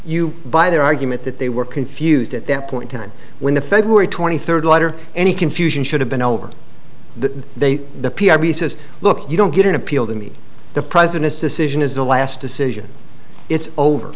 you buy their argument that they were confused at that point time when the february twenty third letter any confusion should have been over the they the p r b says look you don't get an appeal to me the president's decision is the last decision it's over